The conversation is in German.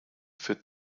für